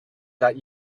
that